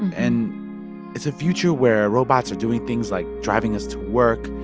and it's a future where robots are doing things like driving us to work,